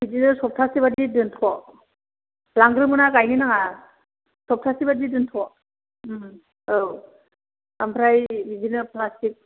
बिदिनो सप्तासेबादि दोनथ' लांग्रोमोना गायनो नाङा सप्तासेबादि दोनथ' औ ओमफ्राय बिदिनो प्लासटिक